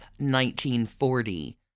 1940